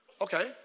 Okay